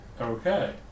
Okay